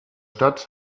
stadt